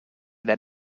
that